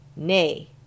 nay